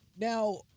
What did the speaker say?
Now